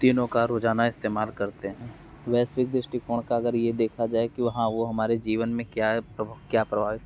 तीनों का रोजाना इस्तेमाल करते हैं वैश्विक दृष्टिकोण का अगर ये देखा जाए कि वहाँ वो हमारे जीवन में क्या क्या प्रभाव है